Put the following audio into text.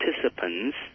participants